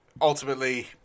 ultimately